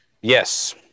Yes